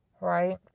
right